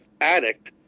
addict